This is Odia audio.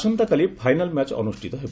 ଆସନ୍ତାକାଲି ଫାଇନାଲ୍ ମ୍ୟାଚ୍ ଅନୁଷ୍ଠିତ ହେବ